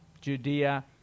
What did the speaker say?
Judea